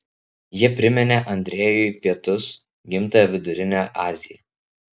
jie priminė andrejui pietus gimtąją vidurinę aziją